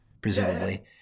presumably